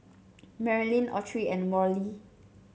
Merilyn Autry and Worley